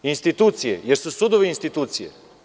Institucije, da li su sudovi institucije?